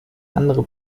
andere